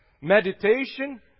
meditation